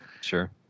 Sure